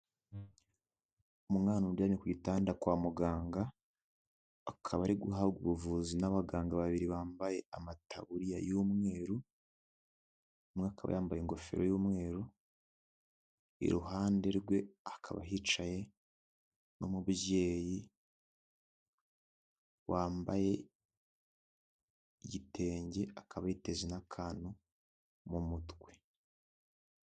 Umwana uryamye ku gitanda kwa muganga, akaba ari guhabwa ubuvuzi n'abaganga babiri bambaye amataburiya y'umweru, umwe akaba yambaye ingofero y'umweru, iruhande rwe hakaba hicaye n'umubyeyi wambaye igitenge, akaba yiteze n'akantu mu mutwe.